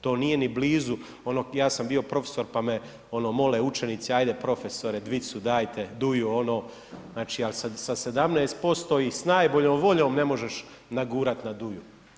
To nije ni blizu onog, ja sam bio profesor pa me ono mole učenici, ajde profesori dvicu dajte, duju, znači ali sa 17% i sa najboljom voljom ne možeš nagurati na duju.